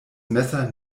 messer